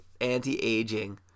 anti-aging